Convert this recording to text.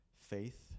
faith